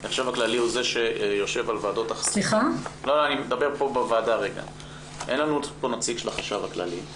שהוא זה שיושב על ה- -- אין לנו פה נציג של החשב הכללי.